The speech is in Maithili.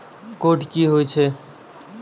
कोड की होय छै?